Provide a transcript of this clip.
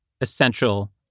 essential